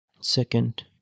Second